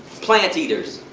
plant eaters!